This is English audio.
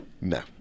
No